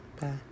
Bye